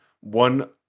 One